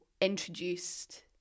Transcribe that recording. introduced